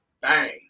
Bang